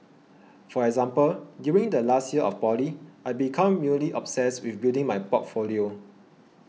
for example during the last year of poly I became mildly obsessed with building my portfolio